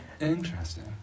interesting